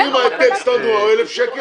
אם, לדוגמה, זה היה 1,000 שקל